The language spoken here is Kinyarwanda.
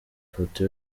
ifoto